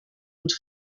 und